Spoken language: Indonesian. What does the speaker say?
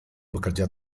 bekerja